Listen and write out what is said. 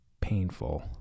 painful